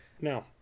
Now